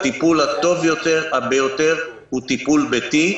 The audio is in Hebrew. הטיפול הטוב ביותר הוא טיפול ביתי.